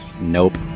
Nope